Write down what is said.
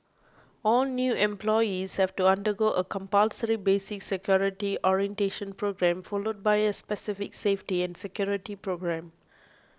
all new employees have to undergo a compulsory basic security orientation programme followed by a specific safety and security programme